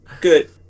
Good